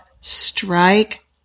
strike